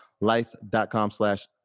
life.com/slash